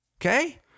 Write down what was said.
Okay